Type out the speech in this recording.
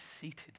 seated